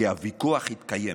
כי הוויכוח התקיים